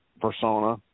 persona